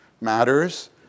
matters